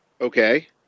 Okay